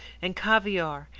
and caviare,